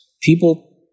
people